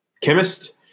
chemist